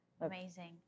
Amazing